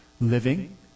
Living